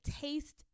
taste